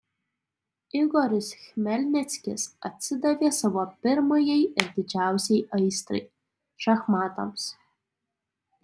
igoris chmelnickis atsidavė savo pirmajai ir didžiausiai aistrai šachmatams